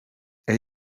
elle